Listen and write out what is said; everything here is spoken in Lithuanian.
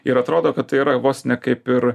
ir atrodo kad tai yra vos ne kaip ir